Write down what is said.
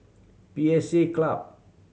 P S A Club